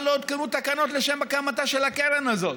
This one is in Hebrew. לא הותקנו תקנות לשם הקמתה של הקרן הזאת.